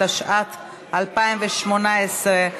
התשע"ט 2018,